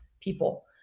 people